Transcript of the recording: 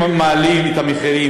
אם מעלים את המחירים,